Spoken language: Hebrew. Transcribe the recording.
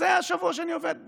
זה השבוע שאני עובד בו.